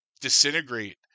disintegrate